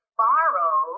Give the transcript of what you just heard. borrow